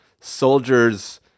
soldiers